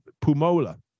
Pumola